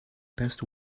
best